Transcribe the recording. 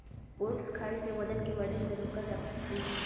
oats खाई से वजन के बढ़े से रोका हई